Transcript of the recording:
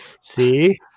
See